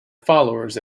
followers